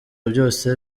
byose